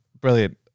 Brilliant